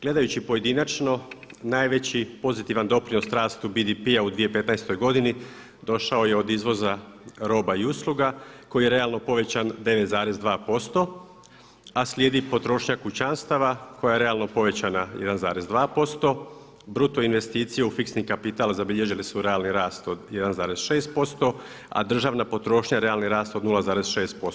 Gledajući pojedinačno, najveći pozitivan doprinos rastu BDP-a u 2015. godini došao je od izvoza roba i usluga koji je realno povećan 9,2%, a slijedi potrošnja kućanstava koja je realno povećanja 1,2%, bruto investicije u fiksni kapital zabilježili su realni rast od 1,6%, a državna potrošnja realni rast od 0,6%